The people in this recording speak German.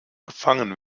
gefangen